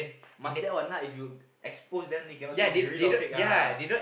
must there all night if you expose them they cannot see if real or fake ah